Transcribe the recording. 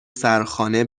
سرخانه